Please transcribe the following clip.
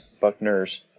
Buckner's